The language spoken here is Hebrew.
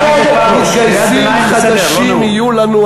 המון מתגייסים חדשים יהיו לנו.